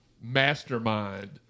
mastermind